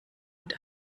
mit